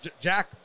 Jack